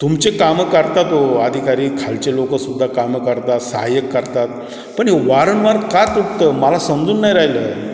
तुमचे कामं करतात अहो आधिकारी खालचे लोक सुद्धा कामं करतात सहाय्यक करतात पण हे वारंवार का तुटतं मला समजून नाही राहिलं आहे